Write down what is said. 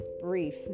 brief